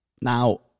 Now